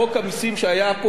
עד לפני שלוש שנים,